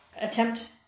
attempt